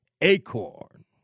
acorn